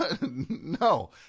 No